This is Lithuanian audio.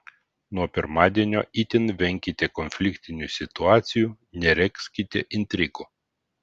nuo pirmadienio itin venkite konfliktinių situacijų neregzkite intrigų